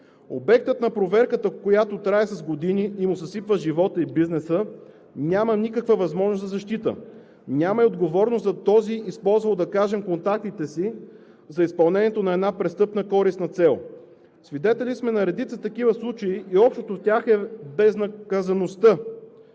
Обектът на проверката, която трае с години и му съсипва живота и бизнеса, няма никаква възможност за защита, няма и отговорност за този, използвал – да кажем, контактите си за изпълнението на една престъпна користна цел. Свидетели сме на редица такива случаи и общото в тях е безнаказаността